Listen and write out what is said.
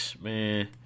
Man